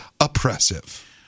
oppressive